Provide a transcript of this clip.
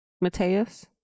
Mateus